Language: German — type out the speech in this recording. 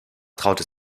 traute